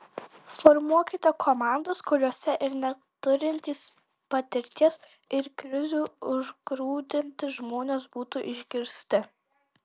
formuokite komandas kuriose ir neturintys patirties ir krizių užgrūdinti žmonės būtų išgirsti